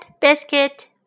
biscuit